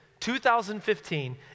2015